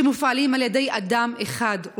שמופעלים על ידי אדם אחד,